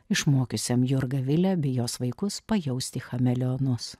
išmokiusiam jurgą vilę bei jos vaikus pajausti chameleonus